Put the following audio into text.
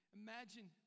imagine